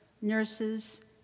nurses